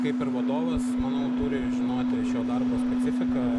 kaip ir vadovas manau turi žinoti šio darbo specifiką